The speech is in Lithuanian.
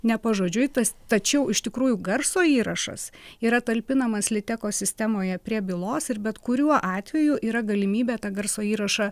ne pažodžiui tas tačiau iš tikrųjų garso įrašas yra talpinamas liteko sistemoje prie bylos ir bet kuriuo atveju yra galimybė tą garso įrašą